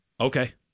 Okay